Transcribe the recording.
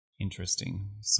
interesting